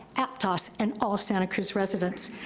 aptos, and all santa cruz residents.